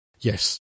yes